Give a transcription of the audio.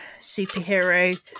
superhero